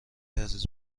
عزیز